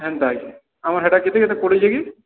ଏନ୍ତା କି ଆମର ସେଟା କେତେ ପଡ଼ୁଛି କି